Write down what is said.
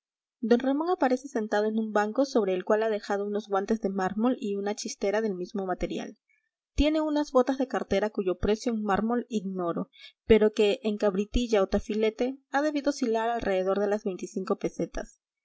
don ramón aparece sentado en un banco sobre el cual ha dejado unos guantes de mármol y una chistera del mismo material tiene unas botas de cartera cuyo precio en mármol ignoro pero que en cabritilla o tafilete ha debido oscilar alrededor de las veinticinco pesetas